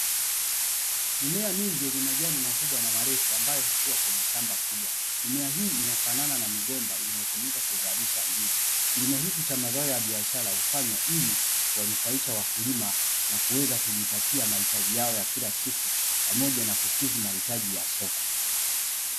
Mimea mingi yenye majani makubwa na marefu ambayo hukua kwenye shamba kubwa, mimea hii inafanana na migomba inayotumika kuzalisha ndizi. Kilimo hiki cha mazao ya biashara hufanywa, ili kuwanufaisha wakulima na kuweza kujipatia mahitaji yao ya kila siku pamoja na kukidhi mahitaji ya soko.